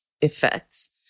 effects